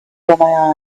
before